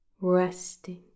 Resting